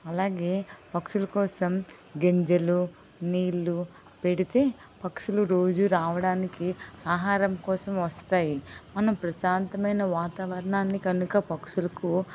అలాగే పక్షుల కోసం గింజలు నీళ్ళు పెడితే పక్షులు రోజు రావడానికి ఆహారం కోసం వస్తాయి మనం ప్రశాంతమైన వాతావరణాన్ని కనుక పక్షులకు